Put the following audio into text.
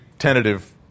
tentative